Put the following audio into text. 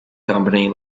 company